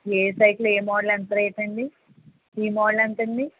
ఏ cycle ఏ model ఎంత రేటండి ఈ మోడల్ ఎంతండి